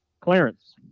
Clarence